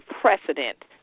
precedent